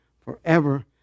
forever